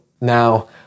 Now